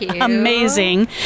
amazing